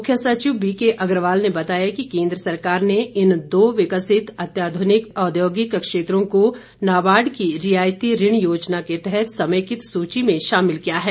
मुख्य सचिव बीके अग्रवाल ने बताया कि केंद्र सरकार ने इन दो विकसित अत्याधुनिक औद्योगिक क्षेत्रों को नाबार्ड की रियायती ऋण योजना के तहत समेकित सूची में शामिल किया है